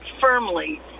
firmly